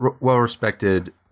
well-respected